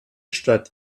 statt